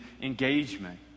engagement